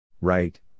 Right